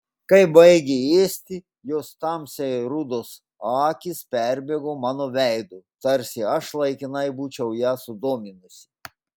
kai baigė ėsti jos tamsiai rudos akys perbėgo mano veidu tarsi aš laikinai būčiau ją sudominusi